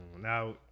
Now